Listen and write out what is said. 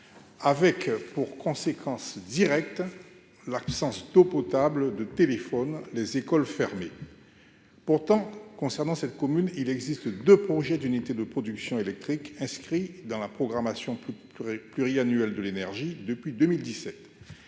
avec pour conséquence directe, l'absence d'eau potable de téléphone les écoles fermées, pourtant concernant cette commune, il existe de projet d'unités de production électrique, inscrit dans la programmation plus pluriannuelle de l'énergie depuis 2017,